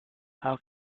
how